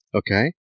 okay